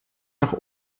nach